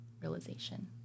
realization